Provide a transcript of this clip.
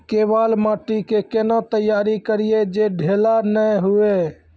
केवाल माटी के कैना तैयारी करिए जे ढेला नैय हुए?